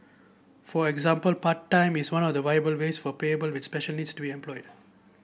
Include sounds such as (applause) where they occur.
for example part time is one of the viable ways for (unintelligible) with special needs to employed